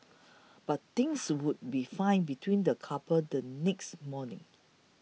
but things would be fine between the couple the next morning